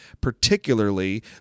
particularly